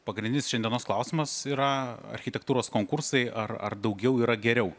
pagrindinis šiandienos klausimas yra architektūros konkursai ar ar daugiau yra geriau